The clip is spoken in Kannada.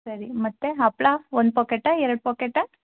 ಸರಿ ಮತ್ತೆ ಹಪ್ಪಳ ಒಂದು ಪೊಕೆಟಾ ಎರಡು ಪೊಕೆಟಾ